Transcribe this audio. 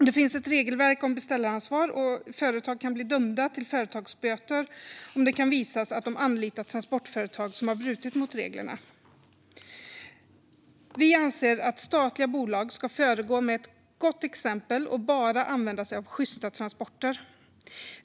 Det finns ett regelverk om beställaransvar, och företag kan bli dömda till företagsböter om det kan visas att de anlitat transportföretag som brutit mot reglerna. Vi anser att statliga bolag ska föregå med gott exempel och bara använda sig av sjysta transporter.